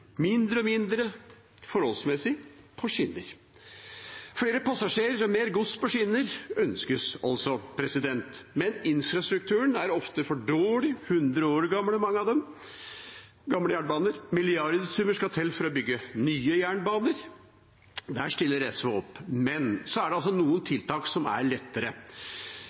mindre og mindre, forholdsmessig, på skinner. Flere passasjerer og mer gods på skinner ønskes altså, men infrastrukturen er ofte for dårlig – 100 år gamle jernbaner, mange av dem. Milliardsummer skal til for å bygge nye jernbaner. Der stiller SV opp, men så er det noen tiltak som er lettere.